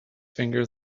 finger